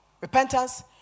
repentance